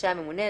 רשאי הממונה,